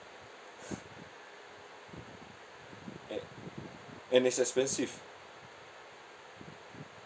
an~ and it's expensive